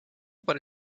por